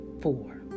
four